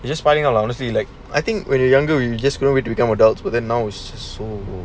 you just finding alone honestly like I think when you're younger you just grow it to become adults with a nose so